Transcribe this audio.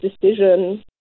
decision